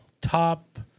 top